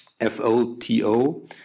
F-O-T-O